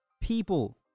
people